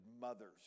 mothers